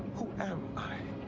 who am i?